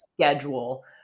schedule